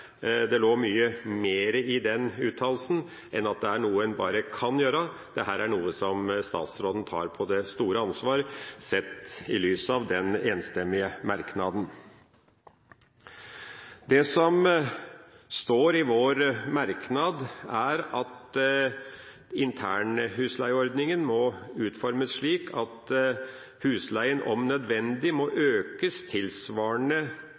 Det lå mye mer i den uttalelsen enn at det er noe en bare kan gjøre. Dette er noe statsråden tar ansvar for sett i lys av den enstemmige merknaden. Det som står i vår merknad, er at internhusleieordninga må utformes slik at husleien om nødvendig må økes tilsvarende